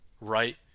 right